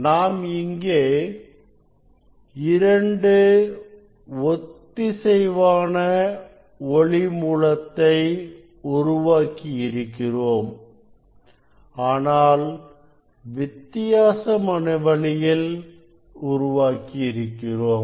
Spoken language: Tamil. நாம் எங்கே இரண்டு ஒத்திசைவான ஒளி மூலத்தை உருவாக்கியிருக்கிறோம் ஆனால் வித்தியாசமான வழியில் உருவாக்கியிருக்கிறோம்